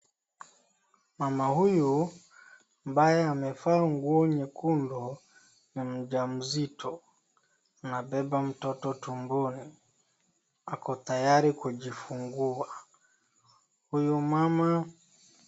Mama huyu ambaye amevaa nguo nyekundu ni mjamzito. Anabeba mtoto tumboni. Ako tayari kujifungua. Huyu mama..